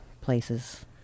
places